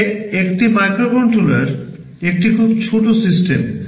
তবে একটি মাইক্রোকন্ট্রোলার একটি খুব ছোট সিস্টেম